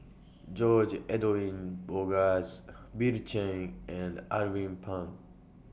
George Edwin Bogaars Bill Chen and Alvin Pang